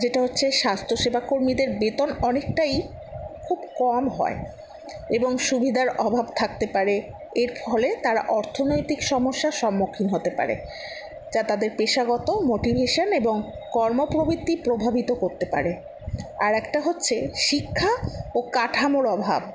যেটা হচ্ছে স্বাস্থ্যসেবা কর্মীদের বেতন অনেকটাই খুব কম হয় এবং সুবিধার অভাব থাকতে পারে এর ফলে তারা অর্থনৈতিক সমস্যার সম্মুখীন হতে পারে যা তাদের পেশাগত মোটিভেশান এবং কর্ম প্রবৃত্তি প্রভাবিত করতে পারে আর একটা হচ্ছে শিক্ষা ও কাঠামোর অভাব